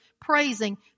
praising